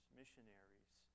missionaries